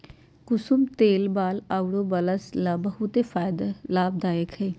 कुसुम तेल बाल अउर वचा ला बहुते लाभदायक हई